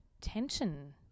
tension